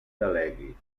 delegui